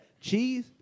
cheese